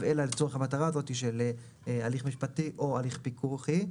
אלא לצורך המטרה הזאת של הליך משפטי או הליך פיקוחי.